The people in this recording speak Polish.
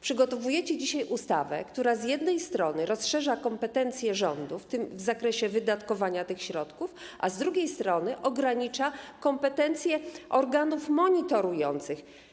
Przygotowujecie dzisiaj ustawę, która z jednej strony rozszerza kompetencje rządu w zakresie wydatkowania tych środków, a z drugiej strony ogranicza kompetencje organów monitorujących.